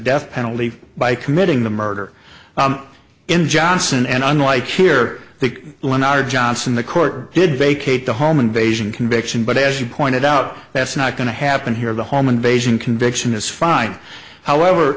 death penalty by committing the murder in johnson and unlike here think when our johnson the court did vacate the home invasion conviction but as you pointed out that's not going to happen here the home invasion conviction is fine however